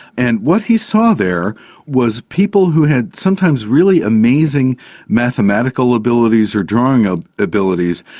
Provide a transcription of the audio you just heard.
and what he saw there was people who had sometimes really amazing mathematical abilities or drawing ah abilities,